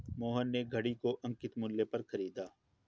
मोहन ने घड़ी को अंकित मूल्य पर खरीदा